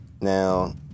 Now